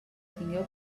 tingueu